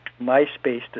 MySpace